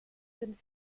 sind